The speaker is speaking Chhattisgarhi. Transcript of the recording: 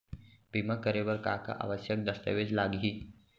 बीमा करे बर का का आवश्यक दस्तावेज लागही